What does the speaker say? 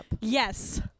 Yes